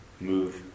move